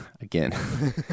Again